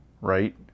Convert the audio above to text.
Right